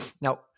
Now